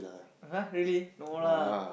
!huh! really no lah